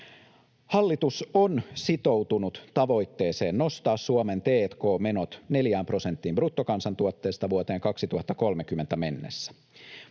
Hallitus on sitoutunut tavoitteeseen nostaa Suomen t&k-menot 4 prosenttiin bruttokansantuotteesta vuoteen 2030 mennessä.